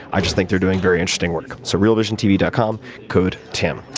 i just think they're doing very interesting work, so realvisiontv dot com, code tim,